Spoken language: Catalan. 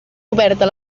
oberta